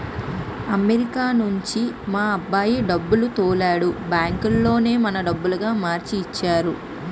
America నుంచి మా బాబు డబ్బులు తోలాడు బ్యాంకులోనే మన డబ్బులుగా మార్చి ఇచ్చినారు